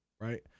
right